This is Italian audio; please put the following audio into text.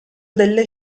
delle